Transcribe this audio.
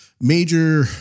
major